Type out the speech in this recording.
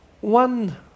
One